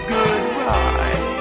goodbye